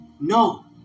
No